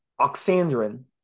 Oxandrin